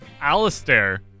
Alistair